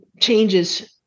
changes